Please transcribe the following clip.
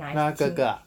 那个哥哥啊